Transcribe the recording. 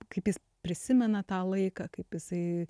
kaip jis prisimena tą laiką kaip jisai